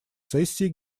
сессии